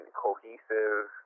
cohesive